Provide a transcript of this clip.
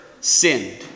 sinned